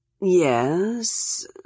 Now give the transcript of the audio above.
Yes